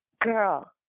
Girl